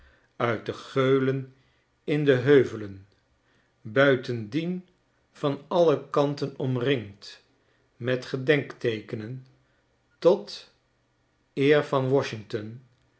uit de g'eulen in de heuvelen buitendien van alle kanten omringd met gedenkteekenen tot eor van washington